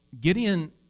Gideon